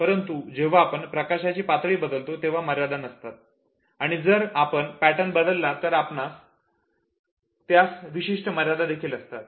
परंतु जेव्हा आपण प्रकाशाची पातळी बदलतो तेव्हा मर्यादा नसतात आणि जर आपण पॅटर्न बदलला तर त्यास विशिष्ट मर्यादा देखील असतात